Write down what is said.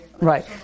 Right